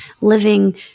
living